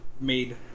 made